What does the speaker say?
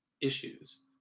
issues